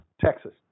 Texas